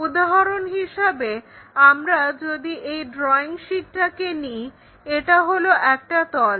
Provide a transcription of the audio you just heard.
উদাহরন হিসাবে আমরা যদি এই ড্রয়িং শীটটাকে নিই এটা হলো একটা তল